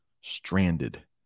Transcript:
Stranded